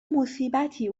مصیبتی